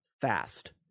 fast